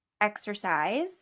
exercise